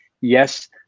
Yes